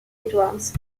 edwards